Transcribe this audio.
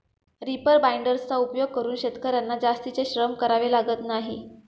reaper बाइंडर्सचा उपयोग करून शेतकर्यांना जास्तीचे श्रम करावे लागत नाही